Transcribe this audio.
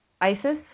ISIS